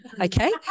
okay